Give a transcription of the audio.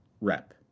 rep